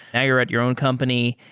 now you're at your own company,